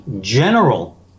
general